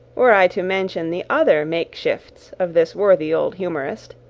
were i to mention the other makeshifts of this worthy old humourist,